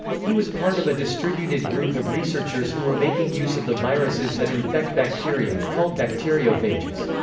he was part of a distributed group of researchers who were making use of the viruses that infect bacteria, called bacteriophages.